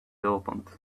opened